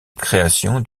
création